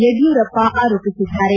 ಯಡಿಯೂರಪ್ಪ ಆರೋಪಿಸಿದ್ದಾರೆ